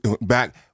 back